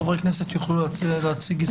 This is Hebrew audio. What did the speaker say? חברי הכנסת יוכלו להציג הסתייגויות.